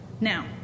Now